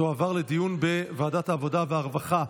תועבר להמשך דיון בוועדת העבודה והרווחה.